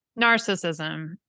Narcissism